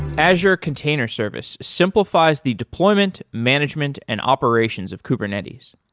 azure container service simplifies the deployment, management and operations of kubernetes.